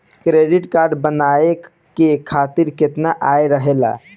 Credit card बनवाए के खातिर केतना आय रहेला?